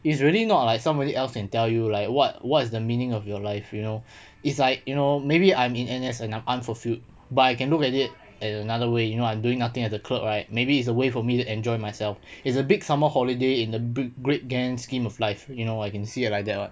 it's really not like somebody else can tell you like what what's the meaning of your life you know it's like you know maybe I'm in N_S and I'm unfulfilled but you can look at it at another way you know what I'm doing nothing at the clerk right maybe it's a way for me to enjoy myself it's a big summer holiday in the great grand scheme of life you know what you can see it like that [what]